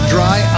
Dry